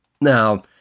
Now